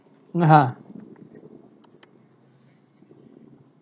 (uh huh)